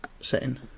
setting